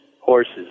horses